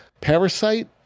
parasite